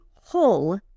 whole